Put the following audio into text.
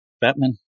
Batman